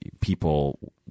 People